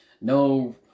no